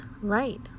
right